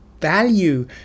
value